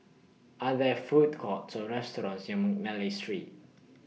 Are There Food Courts Or restaurants near Mcnally Street